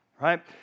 Right